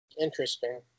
Interesting